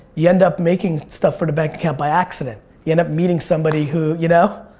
you end up making stuff for the bank account by accident. you end up meeting somebody who, you know?